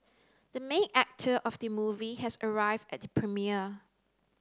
the main actor of the movie has arrived at the premiere